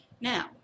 Now